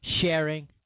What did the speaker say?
sharing